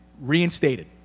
reinstated